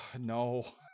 no